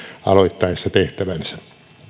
aloittaessa tehtävänsä